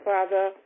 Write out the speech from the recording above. Father